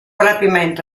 rapimento